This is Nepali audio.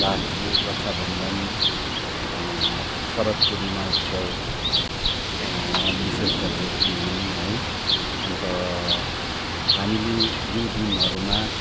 राखी रक्षा बन्धन शरद पूर्णिमा उत्सव विशेष गरेर ती हुन् है अन्त हामीले यो दिनहरूमा